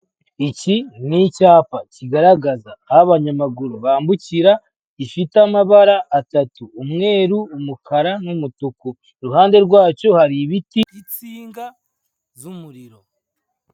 Iki ni icyapa kigaragaza aho abanyamaguru bambukira gifite amabara atatu, umweru, umukara n'umutuku, iruhande rwacyo hari ibiti n'insinga z'umuriro.